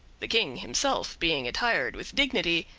the king himself being attired with dignity,